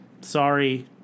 Sorry